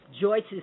Joyce's